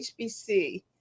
HBC